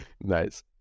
Nice